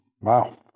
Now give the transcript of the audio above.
Wow